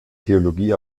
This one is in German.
theologie